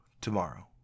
tomorrow